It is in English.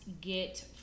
get